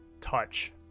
touch